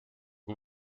kui